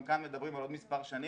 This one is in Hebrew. גם כאן מדברים על עוד מספר שנים.